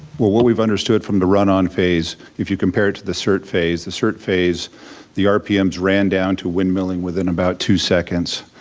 well what we've understood from the run-on phase, if you compare it to the cert phase, the cert phase the rpms ran down to windmilling within about two seconds.